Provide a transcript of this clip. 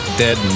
dead